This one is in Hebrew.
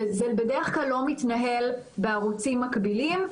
וזה בדרך כלל לא מתנהל בערוצים מקבילים.